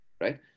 right